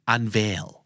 Unveil